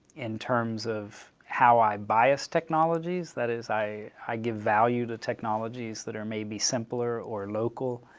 in terms of how i bias technologies. that is, i i give value to technologies that are maybe simpler or local.